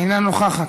אינה נוכחת,